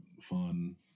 fun